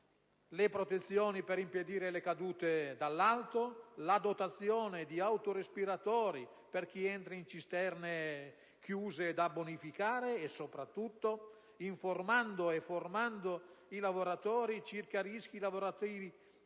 le protezioni per impedire le cadute dall'alto, la dotazione di autorespiratori per chi entra in cisterne chiuse da bonificare e soprattutto l'informazione e la formazione dei lavoratori in ordine ai rischi